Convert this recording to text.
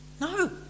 No